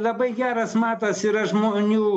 labai geras matas yra žmonių